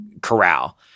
corral